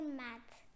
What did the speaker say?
math